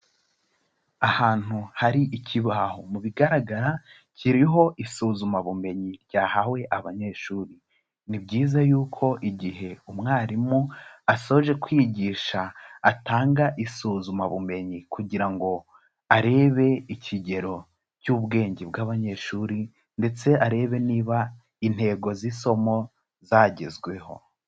Ahantu hari ikibaho mu bigaragara kiriho isuzumabumenyi ryahawe abanyeshuri, ni byiza yuko igihe umwarimu asoje kwigisha atanga isuzumabumenyi kugira ngo arebe ikigero cy'ubwenge bw'abanyeshuri ndetse arebe niba intego z'isomo zagezweho.